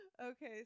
Okay